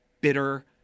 bitter